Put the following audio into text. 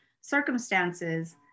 circumstances